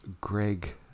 Greg